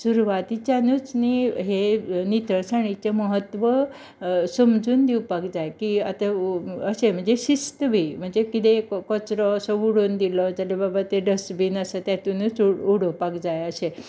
सुरवातीच्यानुच न्ही हे नितळसाणीचें महत्व समजून दिवपाक जाय की आतां अशें म्हणजे शिस्त बी म्हळ्यार कितेंय कचरो असो उडोवन दिलो जाल्यार बाबा ते डस्टबीन आसा तेतुंतूच उडोवपाक जाय अशें